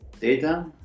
data